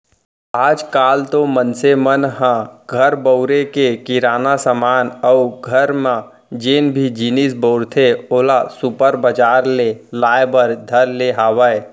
आज काल तो मनसे मन ह घर बउरे के किराना समान अउ घर म जेन भी जिनिस बउरथे ओला सुपर बजार ले लाय बर धर ले हावय